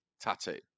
tattoo